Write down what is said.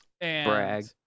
Brag